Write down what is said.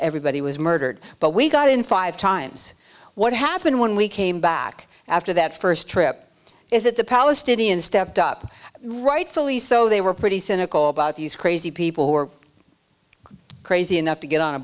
everybody was murdered but we got in five times what happened when we came back after that first trip is that the palestinian stepped up rightfully so they were pretty cynical about these crazy people who were crazy enough to get on a